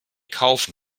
kaufen